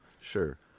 sure